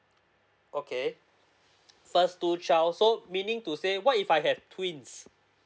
okay first two child so meaning to say what if I have twins